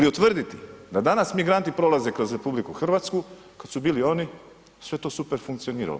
Ili utvrditi da danas migranti prolaze kroz RH kad su bili oni sve je to super funkcioniralo.